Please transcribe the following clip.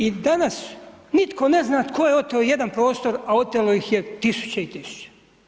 I danas nitko ne zna tko je oteo jedan prostor a otelo ih je tisuće i tisuće.